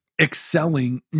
excelling